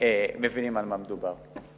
מבינים על מה מדובר.